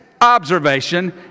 Observation